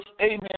amen